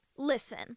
Listen